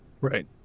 Right